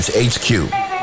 HQ